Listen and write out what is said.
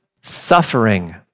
suffering